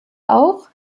auch